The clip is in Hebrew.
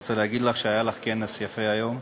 רוצה להגיד לך שהיה לך כנס יפה היום.